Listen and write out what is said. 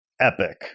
epic